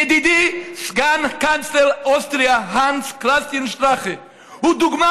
ידידי סגן קנצלר אוסטריה היינץ כריסטיאן שטראכה הוא דוגמה